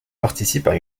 participent